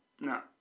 no